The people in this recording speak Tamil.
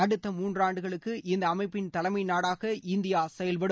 அடுத்த மூன்றாண்டுகளுக்கு இந்த அமைப்பின் தலைமை நாடாக இந்தியா செயல்படும்